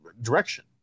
direction